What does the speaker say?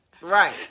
Right